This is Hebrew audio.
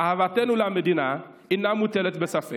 אהבתנו למדינה אינה מוטלת בספק.